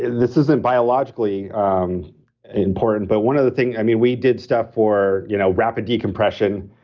this isn't biologically um important, but one other thing. i mean, we did stuff for you know rapid decompression,